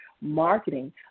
marketing